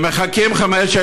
ומחכים חמש,